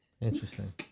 Interesting